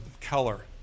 color